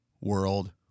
world